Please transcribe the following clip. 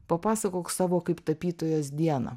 papasakok savo kaip tapytojos dieną